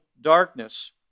darkness